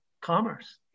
commerce